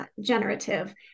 generative